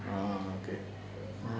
ah okay